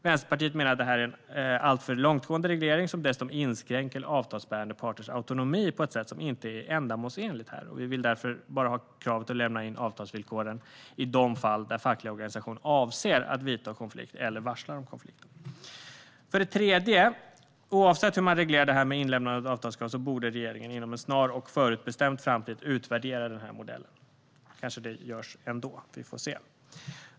Vänsterpartiet menar att det här är en alltför långtgående reglering som dessutom inskränker avtalsbärande parters autonomi på ett sätt som inte är ändamålsenligt. Vi vill därför bara ha kravet att lämna in avtalsvillkoren i de fall facklig organisation avser att vidta konfliktåtgärder eller varslar om konflikt. För det tredje: Oavsett hur man reglerar detta med inlämnande av avtalskrav borde regeringen inom en snar och förutbestämd framtid utvärdera den här modellen. Kanske det görs ändå. Vi får se.